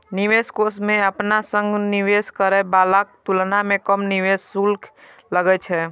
निवेश कोष मे अपना सं निवेश करै बलाक तुलना मे कम निवेश शुल्क लागै छै